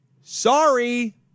Sorry